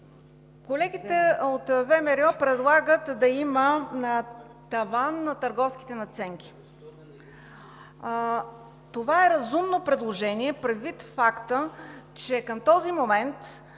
Колегите от ВМРО предлагат да има таван на търговските надценки. Това е разумно предложение, предвид факта, че към този момент,